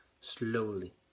slowly